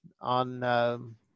on